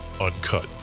uncut